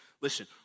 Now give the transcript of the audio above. listen